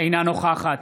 אינה נוכחת